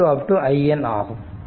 iN ஆகும்